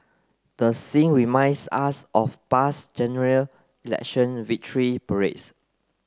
the scene reminds us of past General Election victory parades